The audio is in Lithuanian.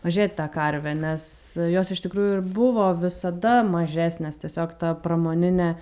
mažėt tą karvė nes jos iš tikrųjų ir buvo visada mažesnės tiesiog ta pramoninė